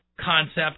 concept